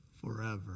forever